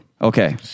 Okay